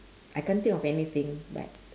I can't think of anything but